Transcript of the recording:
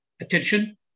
Attention